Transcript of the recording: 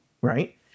Right